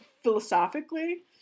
philosophically